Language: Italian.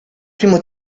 primo